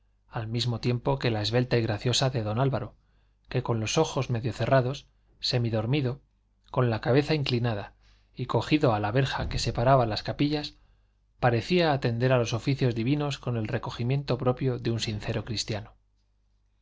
al mismo tiempo que la esbelta y graciosa de don álvaro que con los ojos medio cerrados semi dormido con la cabeza inclinada y cogido a la verja que separaba las capillas parecía atender a los oficios divinos con el recogimiento propio de un sincero cristiano